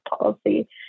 policy